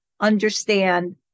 understand